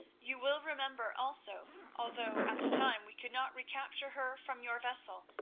you will remember also, although at the time we could not recapture her from your vessel,